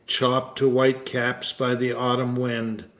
chopped to white caps by the autumn wind.